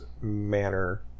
manner